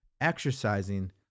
exercising